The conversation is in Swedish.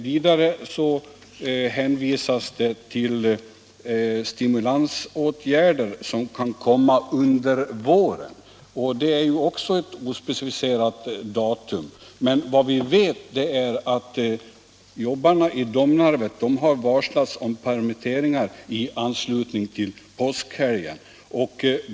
Vidare hänvisas till stimulansåtgärder som kan komma under våren. Det är ju också ett ospecificerat datum. Men vad vi vet är att jobbarna i Domnarvet har aviserats om permitteringar i anslutning till påskhelgen.